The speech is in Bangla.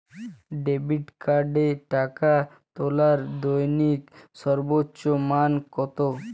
ডেবিট কার্ডে টাকা তোলার দৈনিক সর্বোচ্চ মান কতো?